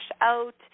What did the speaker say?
out